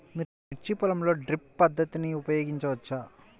మిర్చి పొలంలో డ్రిప్ పద్ధతిని ఉపయోగించవచ్చా?